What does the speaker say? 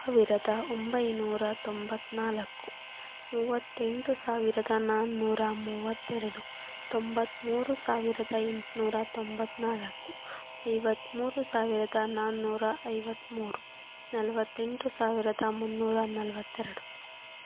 ಸಾವಿರದ ಒಂಬೈನೂರ ತೊಂಬತ್ತ್ನಾಲ್ಕು ಮೂವತ್ತೆಂಟು ಸಾವಿರದ ನಾನ್ನೂರ ಮೂವತ್ತೆರಡು ತೊಂಬತ್ತ್ಮೂರು ಸಾವಿರದ ಎಂಟುನೂರ ತೊಂಬತ್ತ್ನಾಲ್ಕು ಐವತ್ತ್ಮೂರು ಸಾವಿರದ ನಾನ್ನೂರ ಐವತ್ತ್ಮೂರು ನಲವತ್ತೆಂಟು ಸಾವಿರದ ಮುನ್ನೂರ ನಲವತ್ತೆರಡು